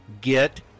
get